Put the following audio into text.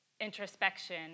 introspection